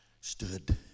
stood